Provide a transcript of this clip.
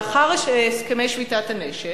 לאחר הסכמי שביתת הנשק,